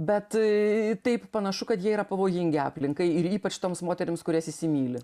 bet tai taip panašu kad jie yra pavojingi aplinkai ir ypač toms moterims kurias įsimyli